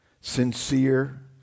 sincere